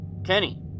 Kenny